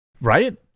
right